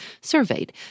surveyed